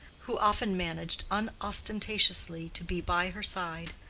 who often managed unostentatiously to be by her side,